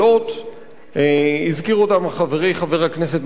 הזכיר אותן חברי חבר הכנסת מוחמד ברכה,